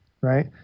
right